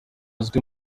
azwi